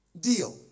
deal